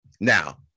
Now